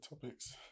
topics